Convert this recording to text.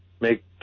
make